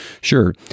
Sure